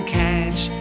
catch